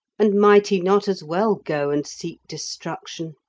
and might he not as well go and seek destruction?